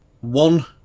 one